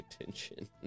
attention